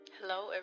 Hello